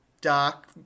doc